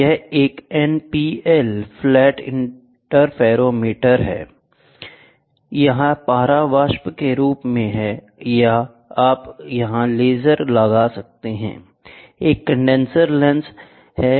तो यह एक NPL फ्लैट इंटरफेरोमीटर है यहां पारा वाष्प के रूप में है या आप यहां लेजर लगा सकते हैं एक कंडेनसर लेंस है